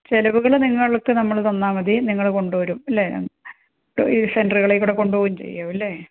ചെലവുകൾ നിങ്ങൾക്ക് നമ്മൾ തന്നാൽ മതി നിങ്ങൾ കൊണ്ടുവരും ഇല്ലേ ട്ടു ഈ സെൻററുകളിൽക്കൂടെ കൊണ്ടുപോവുകയും ചെയ്യും ഇല്ലേ